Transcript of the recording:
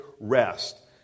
rest